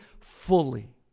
fully